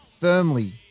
firmly